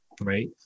right